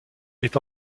est